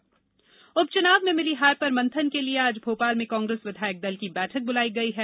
कांग्रेस मंथन उप चुनाव में मिली हार पर मंथन के लिए आज भोपाल में कांग्रेस विधायक दल की बैठक बुलाई गई है